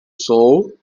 sow